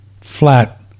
flat